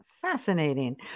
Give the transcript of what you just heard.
fascinating